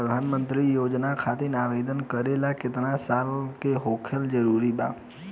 प्रधानमंत्री योजना खातिर आवेदन करे ला केतना साल क होखल जरूरी बा?